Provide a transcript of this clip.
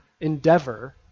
endeavor